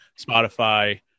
spotify